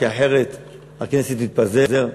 כי אחרת הכנסת תתפזר.